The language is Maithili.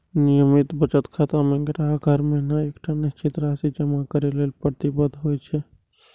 नियमित बचत खाता मे ग्राहक हर महीना एकटा निश्चित राशि जमा करै लेल प्रतिबद्ध होइ छै